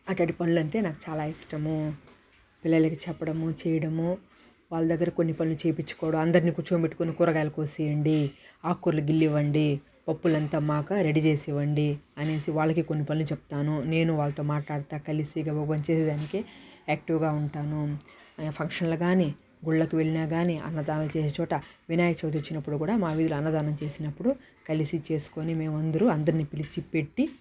అట్లాంటి పనులు అంటే నాకు చాలా ఇష్టము పిల్లలకు చెప్పడం చేయడం వాళ్ళ దగ్గర కొన్ని పనులు చేపించుకోవడం అందరిని కూర్చోబెట్టుకుని కూరగాయలు కోసివ్వండి ఆకుకూరలు గిల్లి ఇవ్వండి పప్పులు అంతా మాకు రెడీ చేసి ఇవ్వండి అనేసి వాళ్ళకి కొన్ని పనులు చెప్తాను నేను వాళ్లతో మాట్లాడుతా కలిసి ఒక పని చేయడానికి యాక్టివ్గా ఉంటాను ఫంక్షన్లకు కానీ గుళ్ళకు వెళ్ళిన కానీ అన్నదానం చేసే చోట వినాయక చవితి వచ్చినప్పుడు కూడా మా వీధిలో అన్నదానం చేసినప్పుడు కలసి చేసుకొని మేము అందరూ అందరిని పిలిచి పెట్టి